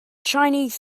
chinese